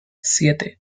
siete